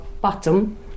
bottom